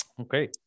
Okay